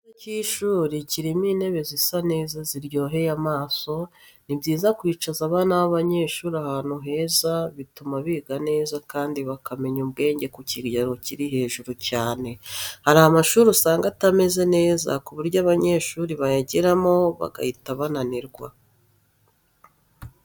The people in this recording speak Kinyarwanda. Icyumba kiza cy'ishuri kirimo intebe zisa neza ziryoheye amaso, ni byiza kwicaza abana babanyeshuri ahantu heza bituma biga neza kandi bakamenya ubwenge ku kigero kiri hejuru cyane. Hari amashuri usanga atameze neza ku buryo abanyeshuri bayageramo bagahita bananirwa.